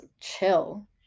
chill